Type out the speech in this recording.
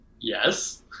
Yes